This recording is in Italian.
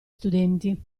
studenti